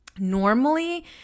normally